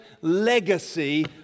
legacy